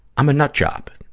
i'm a nut job.